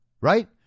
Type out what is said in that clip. right